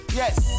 yes